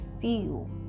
feel